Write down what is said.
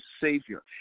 savior